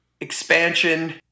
expansion